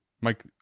Mike